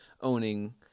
owning